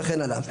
וכן הלאה.